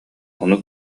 ону